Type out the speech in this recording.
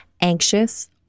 anxious